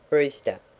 brewster.